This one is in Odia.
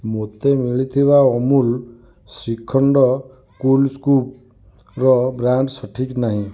ମୋତେ ମିଳିଥିବା ଅମୁଲ ଶ୍ରୀଖଣ୍ଡ କୁଲ୍ ସ୍କୁପ୍ ର ବ୍ରାଣ୍ଡ୍ ସଠିକ୍ ନାହିଁ